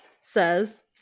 says